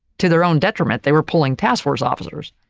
to their own detriment, they were pulling task force officers.